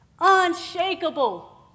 unshakable